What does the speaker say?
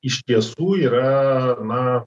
iš tiesų yra na